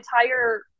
entire